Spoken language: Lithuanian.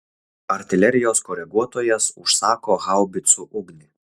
artilerijos koreguotojas užsako haubicų ugnį